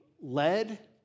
led